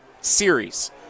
series